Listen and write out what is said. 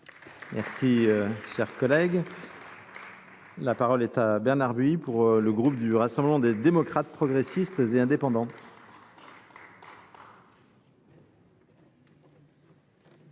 de nos concitoyens. La parole est à M. Bernard Buis, pour le groupe Rassemblement des démocrates, progressistes et indépendants.